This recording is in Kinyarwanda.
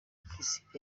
priscillah